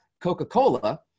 Coca-Cola